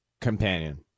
companion